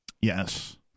Yes